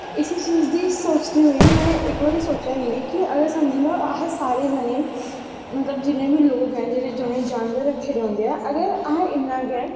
इस चीज़ गी सोचदे होई में इस चीज़ गी सोचेआ कि एह् समझी लैओ अस सारे जनें मतलव जिन्ने बी लोग ऐं जिनें जानवर रक्खे दे होंदे ऐं अगर अस इन्नें गै